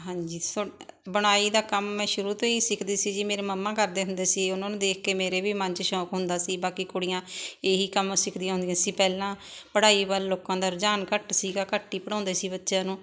ਹਾਂਜੀ ਸ ਬੁਣਾਈ ਦਾ ਕੰਮ ਮੈਂ ਸ਼ੁਰੂ ਤੋਂ ਹੀ ਸਿੱਖਦੀ ਸੀ ਜੀ ਮੇਰੇ ਮੰਮਾ ਕਰਦੇ ਹੁੰਦੇ ਸੀ ਉਹਨਾਂ ਨੂੰ ਦੇਖ ਕੇ ਮੇਰੇ ਵੀ ਮਨ 'ਚ ਸ਼ੌਕ ਹੁੰਦਾ ਸੀ ਬਾਕੀ ਕੁੜੀਆਂ ਇਹੀ ਕੰਮ ਸਿੱਖਦੀਆਂ ਹੁੰਦੀਆਂ ਸੀ ਪਹਿਲਾਂ ਪੜ੍ਹਾਈ ਵੱਲ ਲੋਕਾਂ ਦਾ ਰੁਝਾਨ ਘੱਟ ਸੀਗਾ ਘੱਟ ਹੀ ਪੜ੍ਹਾਉਂਦੇ ਸੀ ਬੱਚਿਆਂ ਨੂੰ